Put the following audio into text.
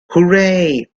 hooray